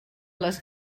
les